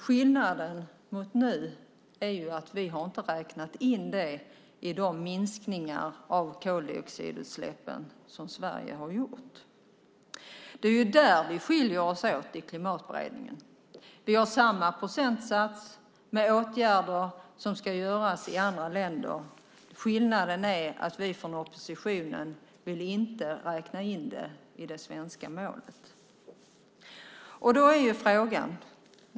Skillnaden är att vi inte har räknat in det i de minskningar av koldioxidutsläpp som Sverige har gjort. Det är där vi skiljer oss åt i Klimatberedningen. Vi har samma procentsats med åtgärder som ska göras i andra länder. Skillnaden är att vi från oppositionen inte vill räkna in det i det svenska målet.